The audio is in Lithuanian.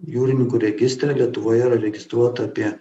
jūrininkų registre lietuvoje yra registruota apie